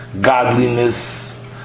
godliness